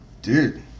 Dude